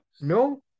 No